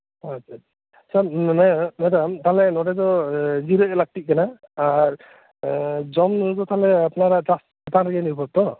ᱟᱪᱷᱟ ᱟᱪᱷᱟ ᱢᱟᱱᱮ ᱢᱮᱰᱟᱢ ᱱᱚᱰᱮ ᱫᱚ ᱡᱤᱨᱟᱹᱜ ᱞᱟᱹᱠᱛᱤᱜ ᱠᱟᱱᱟ ᱟᱨ ᱡᱚᱢᱧᱩᱫ ᱛᱟᱦᱚᱞᱮ ᱟᱯᱱᱟᱨᱟᱜ ᱪᱟᱥ ᱪᱮᱛᱟᱱ ᱨᱮᱜᱤ ᱱᱤᱨᱵᱷᱚᱨ ᱛᱚ